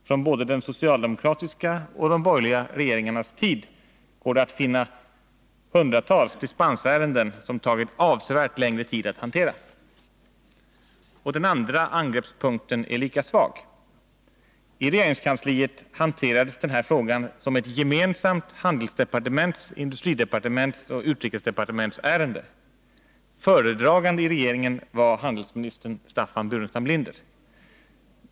Från både den socialdemokratiska och de borgerliga regeringarnas tid går det att finna hundratals dispensärenden som tagit avsevärt längre tid att hantera. Den andra angreppspunkten är lika svag. I regeringskansliet hanterades frågan som ett gemensamt ärende för handelsdepartementet, industridepartementet och utrikesdepartementet. Föredragande i regeringen var handelsminister Staffan Burenstam Linder.